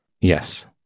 Yes